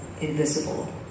invisible